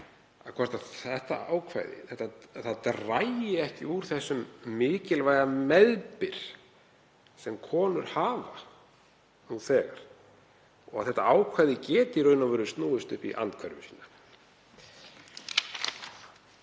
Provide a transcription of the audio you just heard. þetta ákvæði dragi ekki úr þeim mikilvæga meðbyr sem konur hafa nú þegar og að þetta ákvæði geti í raun og veru snúist upp í andhverfu sína.